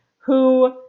who